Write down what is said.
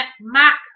Mac